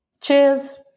Cheers